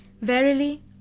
Verily